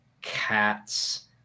cats